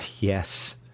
Yes